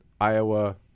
Iowa